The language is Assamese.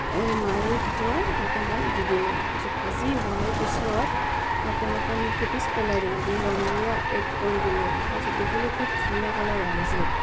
মাৰি থৈ তাতে মই দি দিলোঁ তাৰ পাছত ভাজি হোৱাৰ পিছত তাতে মই পনিৰ কেইপিচ পেলাই দিলোঁ দি ৰং গুড়া এড কৰি দিলোঁ তাৰপিছত দেখিলোঁ খুব ধুনীয়া কালাৰ আহিছে